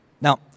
Now